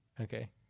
okay